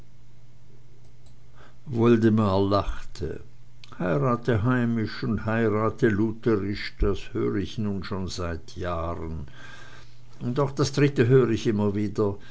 lachte heirate heimisch und heirate lutherisch das hör ich nun schon seit jahren und auch das dritte höre ich immer wieder